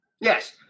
Yes